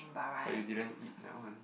but you didn't eat that one